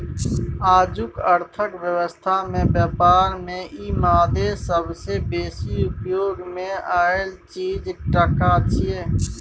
आजुक अर्थक व्यवस्था में ब्यापार में ई मादे सबसे बेसी उपयोग मे आएल चीज टका छिये